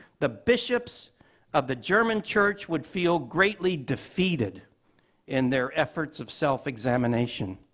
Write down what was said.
the bishops of the german church would feel greatly defeated in their efforts of self examination.